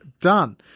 done